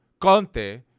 Conte